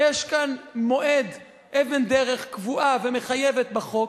ויש כאן מועד, אבן דרך קבועה ומחייבת בחוק,